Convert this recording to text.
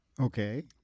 Okay